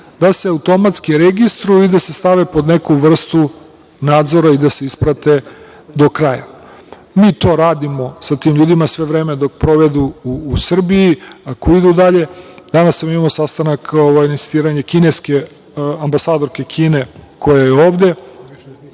da se automatski registruju i da se stave pod neku vrstu nadzora i da se isprate do kraja. Mi to radimo sa tim ljudima, sve vreme dok provedu u Srbiji, ako idu dalje. Danas sam imao sastanak na insistiranje kineske ambasadorke Kine, koja je ovde,